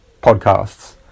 podcasts